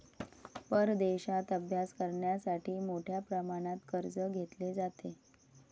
परदेशात अभ्यास करण्यासाठी मोठ्या प्रमाणात कर्ज घेतले जाते